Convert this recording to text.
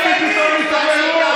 קפיטליסט.